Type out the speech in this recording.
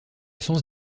sens